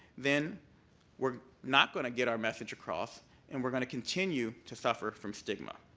then we're not going to get our message across and we're going to continue to suffer from stigma.